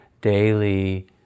daily